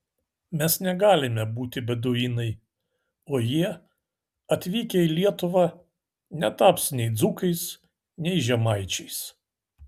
mes negalime būti beduinai o jie atvykę į lietuvą netaps nei dzūkais nei žemaičiais